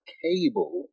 cable